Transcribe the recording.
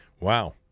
wow